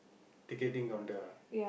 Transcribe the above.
ticketing counter ah